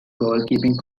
goalkeeping